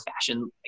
fashion